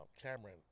Cameron